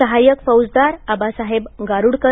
सहायक फौजदार अबासाहेब गारुडकर